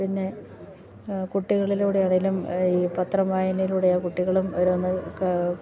പിന്നെ കുട്ടികളിലൂടെ ആണേലും ഈ പത്ര വായനയിലൂടെ ആ കുട്ടികളും ഓരോന്നൊക്കെ